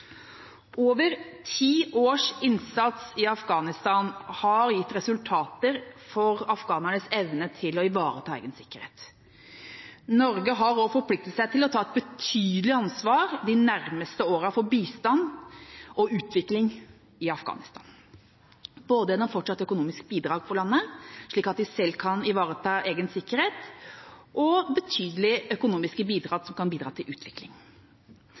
Over ti års innsats i Afghanistan har gitt resultater for afghanernes evne til å ivareta egen sikkerhet. Norge har også forpliktet seg til å ta et betydelig ansvar de nærmeste årene for bistand og utvikling i Afghanistan, både gjennom fortsatt økonomisk bidrag for landet, slik at de selv kan ivareta egen sikkerhet, og gjennom betydelige økonomiske bidrag som kan bidra til utvikling.